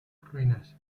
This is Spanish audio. ruinas